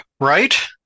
Right